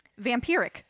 Vampiric